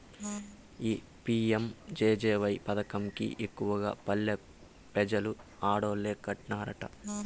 ఈ పి.యం.జె.జె.వై పదకం కి ఎక్కువగా పల్లె పెజలు ఆడోల్లే కట్టన్నారట